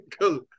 Cool